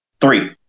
three